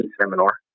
seminar